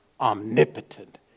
omnipotent